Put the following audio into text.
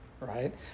Right